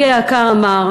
אבי היקר אמר: